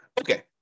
Okay